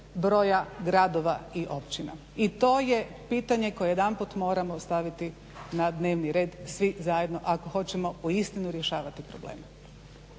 broja gradova i općina i to je pitanje koje jedanput moramo staviti na dnevni red svi zajedno ako hoćemo uistinu rješavati probleme.